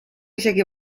isegi